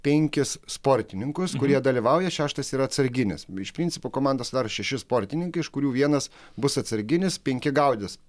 penkis sportininkus kurie dalyvauja šeštas yra atsarginis iš principo komandos dar šeši sportininkai iš kurių vienas bus atsarginis penki gaudys